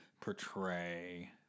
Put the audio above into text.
portray